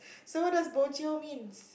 so what does bo jio means